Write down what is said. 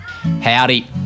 Howdy